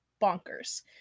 bonkers